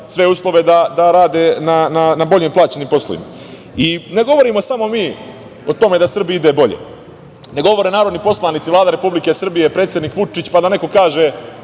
sve uslove da rade na bolje plaćenim poslovima. Ne govorimo samo mi o tome da Srbiji ide bolje, ne govore narodni poslanici, Vlada Republike Srbije, predsednik Vučić, pa da neko kaže